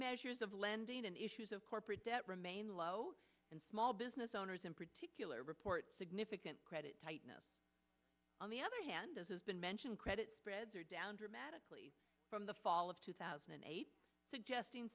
measures of lending and issues of corporate debt remain low and small business owners in particular report significant credit tightening on the other hand as has been mentioned credit spreads are down dramatically from the fall of two thousand and eight suggesting